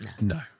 no